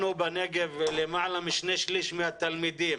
לנו בנגב למעלה משני שלישים מהתלמידים